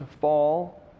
fall